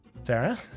Sarah